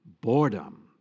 Boredom